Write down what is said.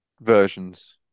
versions